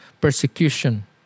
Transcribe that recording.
Persecution